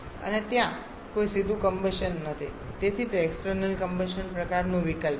અને ત્યાં કોઈ સીધું કમ્બશન નથી તેથી તે એક્સટર્નલ કમ્બશન પ્રકારનો વિકલ્પ છે